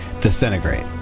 disintegrate